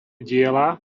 diela